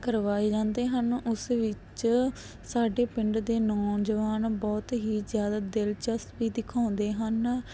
ਕਰਵਾਏ ਜਾਂਦੇ ਹਨ ਉਸ ਵਿੱਚ ਸਾਡੇ ਪਿੰਡ ਦੇ ਨੌਜਵਾਨ ਬਹੁਤ ਹੀ ਜ਼ਿਆਦਾ ਦਿਲਚਸਪੀ ਦਿਖਾਉਂਦੇ ਹਨ